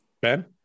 Ben